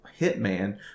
hitman